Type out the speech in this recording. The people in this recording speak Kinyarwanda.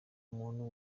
umuntu